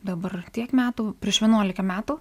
dabar tiek metų prieš vienuolika metų